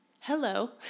hello